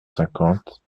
cinquante